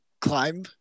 climb